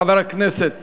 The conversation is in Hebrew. חבר הכנסת